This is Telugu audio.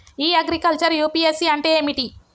ఇ అగ్రికల్చర్ యూ.పి.ఎస్.సి అంటే ఏమిటి?